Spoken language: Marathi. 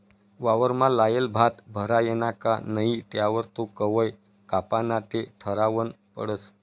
वावरमा लायेल भात भरायना का नही त्यावर तो कवय कापाना ते ठरावनं पडस